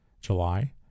July